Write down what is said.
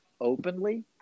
openly